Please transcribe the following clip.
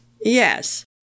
yes